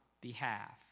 behalf